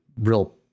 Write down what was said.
real